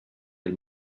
del